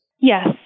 Yes